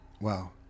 Wow